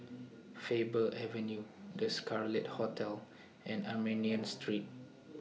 Faber Avenue The Scarlet Hotel and Armenian Street